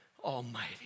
Almighty